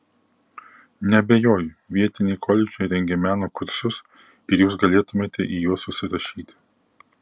neabejoju vietiniai koledžai rengia meno kursus ir jūs galėtumėte į juos užsirašyti